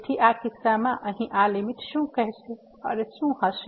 તેથી આ કિસ્સામાં અહીં આ લીમીટ શું હશે